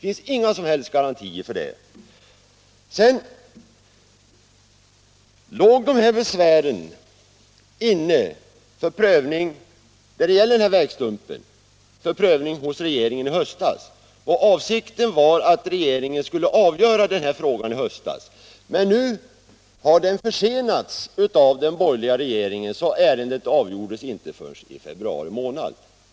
Besvären när det gäller den här vägen låg i höstas hos regeringen för prövning. Avsikten var att regeringen skulle avgöra frågan i höstas. Men den försenades av den borgerliga regeringen, så ärendet avgjordes inte förrän i februari månad.